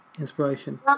inspiration